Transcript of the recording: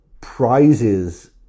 prizes